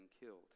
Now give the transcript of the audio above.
killed